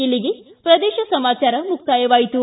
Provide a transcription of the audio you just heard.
ಇಲ್ಲಿಗೆ ಪ್ರದೇಶ ಸಮಾಚಾರ ಮುಕ್ತಾಯವಾಯಿತು